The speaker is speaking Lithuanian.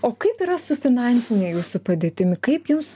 o kaip yra su finansine jūsų padėtimi kaip jūs